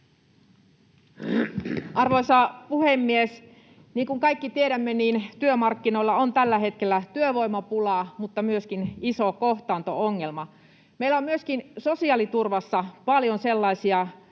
Arvoisa puhemies! Niin kuin kaikki tiedämme, niin työmarkkinoilla on tällä hetkellä työvoimapulaa mutta myöskin iso kohtaanto-ongelma. Meillä on myöskin sosiaaliturvassa paljon sellaisia